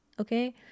okay